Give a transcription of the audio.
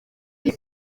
iyi